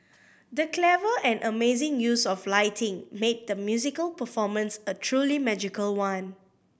the clever and amazing use of lighting made the musical performance a truly magical one